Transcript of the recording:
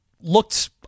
looked